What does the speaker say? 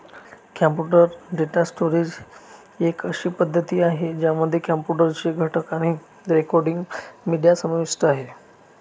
computer data storage एक अशी पद्धती आहे, ज्यामध्ये कॉम्प्युटर चे घटक आणि रेकॉर्डिंग, मीडिया समाविष्ट आहे